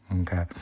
okay